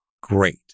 great